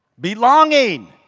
belonging!